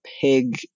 pig